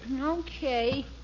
Okay